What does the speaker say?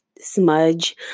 smudge